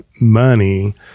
money